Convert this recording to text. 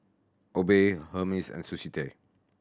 Obey Hermes and Sushi Tei